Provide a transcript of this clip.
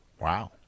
Wow